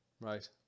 Right